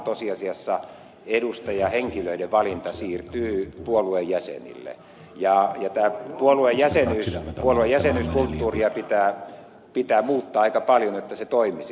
listavaalissa edustajahenkilöiden valinta siirtyy tosiasiassa puolueen jäsenille ja tätä puolueen jäsenyyskulttuuria pitää muuttaa aika paljon että se toimisi